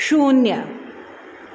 शून्य